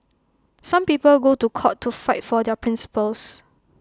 some people go to court to fight for their principles